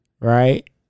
right